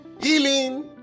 healing